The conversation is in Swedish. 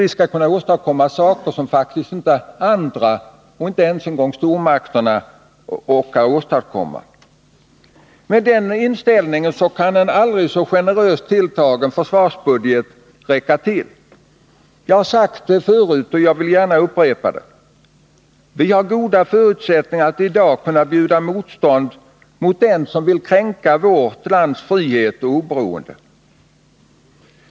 Vi skall kunna åstadkomma saker som inga andra, inte ens stormakterna, orkar med. Med den inställningen kommer en aldrig så generös tilltagen försvarsbudget inte att räcka till. Jag har sagt det förut och vill gärna upprepa det. Vi har goda förutsättningar att i dag bjuda motstånd mot den som vill kränka vårt lands frihet och oberoende.